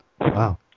wow